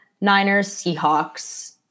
Niners-Seahawks